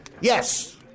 Yes